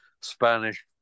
Spanish